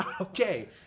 Okay